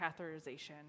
catheterization